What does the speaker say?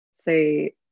say